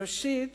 בראשית